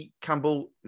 Campbell